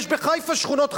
יש בחיפה שכונות חרדיות.